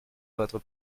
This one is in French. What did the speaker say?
votre